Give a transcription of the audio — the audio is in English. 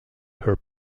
her